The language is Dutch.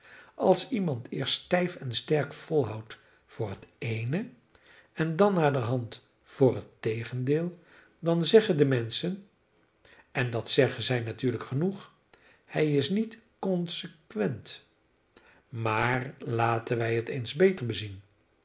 als iemand eerst stijf en sterk volhoudt voor het eene en dan naderhand voor het tegendeel dan zeggen de menschen en dat zeggen zij natuurlijk genoeg hij is niet consequent maar laten wij het eens beter bezien